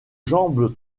jambes